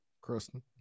Kristen